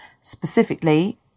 specifically